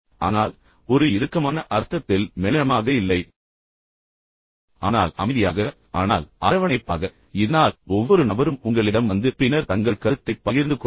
ஆனால் ஒரு இறுக்கமான அர்த்தத்தில் மெளனமாக இல்லை அமைதியாக இல்லை ஆனால் இறுக்கமாக இருக்கிறீர்கள் ஆனால் அமைதியாக ஆனால் அரவணைப்பாக இதனால் ஒவ்வொரு நபரும் உங்களிடம் வந்து பின்னர் தங்கள் கருத்தைப் பகிர்ந்து கொள்வார்கள்